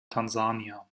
tansania